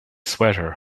sweater